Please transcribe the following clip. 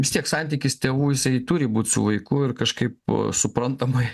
vis tiek santykis tėvų turi būt su vaiku ir kažkaip suprantamai